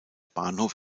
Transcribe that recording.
bahnhof